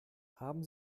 haben